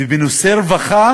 ובנושא רווחה